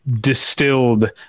distilled